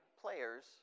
players